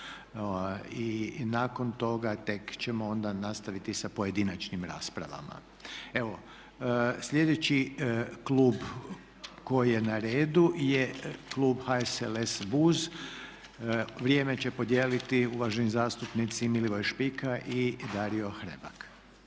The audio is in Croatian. I nakon toga tek ćemo onda nastaviti sa pojedinačnim raspravama. Evo slijedeći klub koji je na redu je klub HSLS-a i BUZ vrijeme će podijeliti uvaženi zastupnici Milivoj Špika i Dario Hrebak.